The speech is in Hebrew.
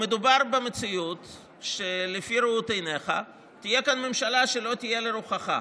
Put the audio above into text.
מדובר במציאות שלפי ראות עיניך תהיה כאן ממשלה שלא תהיה לרוחך,